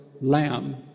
lamb